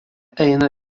eina